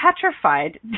petrified